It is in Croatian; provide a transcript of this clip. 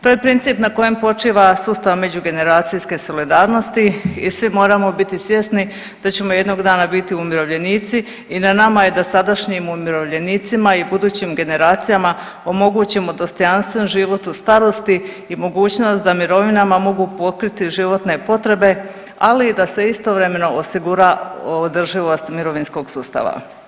To je princip na kojem počiva sustav međugeneracijske solidarnosti i svi moramo biti svjesni da ćemo jednog dana biti umirovljenici i na nama je da sadašnjim umirovljenicima i budućim generacijama omogućimo dostojanstven život u starosti i mogućnost da mirovinama mogu pokriti životne potrebe, ali i da se istovremeno osigura održivost mirovinskog sustava.